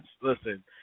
Listen